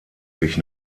sich